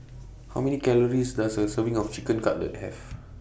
How Many Calories Does A Serving of Chicken Cutlet Have